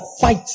fight